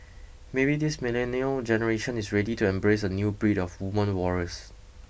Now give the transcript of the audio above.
maybe this millennial generation is ready to embrace a new breed of woman warriors